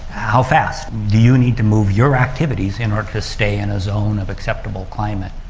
how fast do you need to move your activities in order to stay in a zone of acceptable climate?